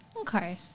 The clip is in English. Okay